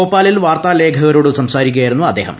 ഭോപ്പാലിൽ വാർത്താലേഖകരോട് സംസാരിക്കുകയായിരുന്നു അദ്ദേഹം